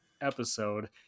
episode